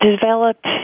developed